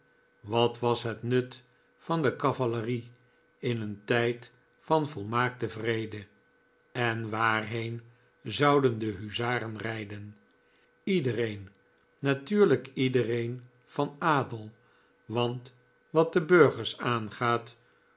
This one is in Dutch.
wat was het nut van cavalerie in een tijd van volmaakten vrede en waarheen zouden de huzaren rijden iedereen natuurlijk iedereen van adel want wat de burgers aangaat